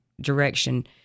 direction